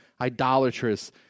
idolatrous